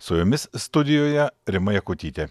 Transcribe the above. su jumis studijoje rima jakutytė